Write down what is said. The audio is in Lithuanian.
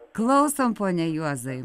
klausom pone juozai